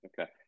Okay